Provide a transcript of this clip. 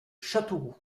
châteauroux